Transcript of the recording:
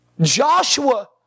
Joshua